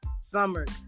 Summers